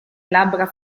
labbra